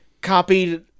copied